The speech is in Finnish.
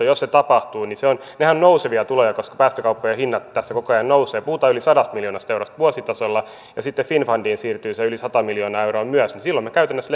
jos se tapahtuu nehän ovat nousevia tuloja koska päästökauppojen hinnat tässä koko ajan nousevat puhutaan yli sadasta miljoonasta eurosta vuositasolla ja sitten finnfundiin siirtyy se yli sata miljoonaa euroa myös niin silloin me käytännössä